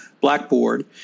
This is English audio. Blackboard